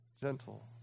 gentle